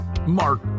Mark